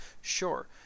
sure